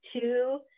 two